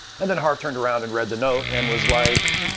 and then harve turned around and read the note and was like